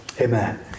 Amen